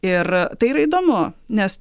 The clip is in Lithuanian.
ir tai yra įdomu nes